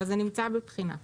אבל זה נמצא בבחינה.